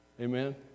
Amen